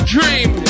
Dream